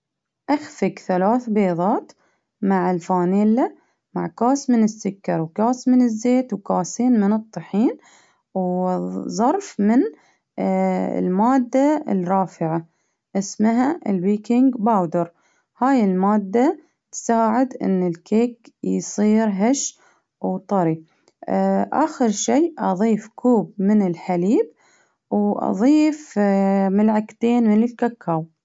أخفق ثلاث بيضات مع الفانيلا، مع كاس من السكر، وكاس من الزيت، وكاسين من الطحين، ظرف من المادة الرافعة. إسمها البيكنج باودر، هاي المادة تساعد إن الكيك يصير هش وطري آخر شي أظيف كوب حليب وأظيف معلقتين من الكاكاو.